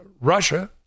Russia